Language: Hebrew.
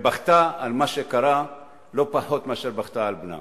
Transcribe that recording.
ובכתה על מה שקרה לא פחות מאשר בכתה על בנה.